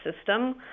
system